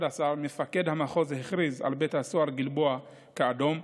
מפקד המחוז הכריז על בית הסוהר גלבוע כאדום,